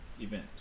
event